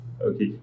Okay